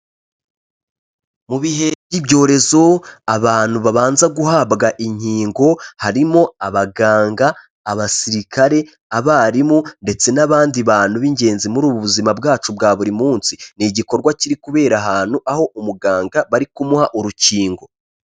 Mu bihe by'ibyorezo, abantu babanza guhabwa inkingo, harimo abaganga, abasirikare, abarimu ndetse n'abandi bantu b'ingenzi muri ubu buzima bwacu bwa buri munsi. Ni igikorwa kiri kubera ahantu, aho umuganga bari kumuha urukingo.